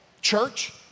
Church